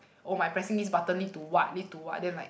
oh by pressing this button lead to what lead to what then like